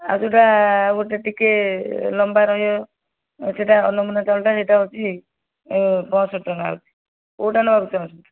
ଆଉ ଯେଉଁଟା ଗୋଟିଏ ଟିକେ ଲମ୍ବା ରହିବ ସେହିଟା ଅନ୍ନପୂର୍ଣ୍ଣା ଚାଉଳଟା ସେହିଟା ହେଉଛି ପଞ୍ଚଷଠି ଟଙ୍କା କେଉଁଟା ନେବାକୁ ଚାହୁଁଛ